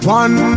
one